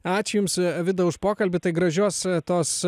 ačiū jums vida už pokalbį tai gražios tos